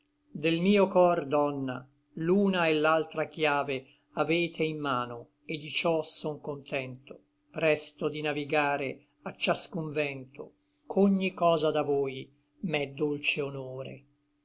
donna l'una et l'altra chiave avete in mano et di ciò son contento presto di navigare a ciascun vento ch'ogni cosa da voi m'è dolce honore